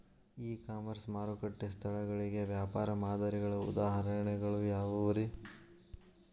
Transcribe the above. E commerce ಮಾರುಕಟ್ಟೆ ಸ್ಥಳಗಳಿಗೆ ವ್ಯಾಪಾರ ಮಾದರಿಗಳ ಉದಾಹರಣೆಗಳು ಯಾವವುರೇ?